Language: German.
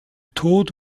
tod